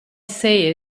say